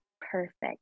perfect